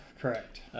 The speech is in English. Correct